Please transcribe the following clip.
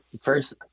first